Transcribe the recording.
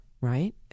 Right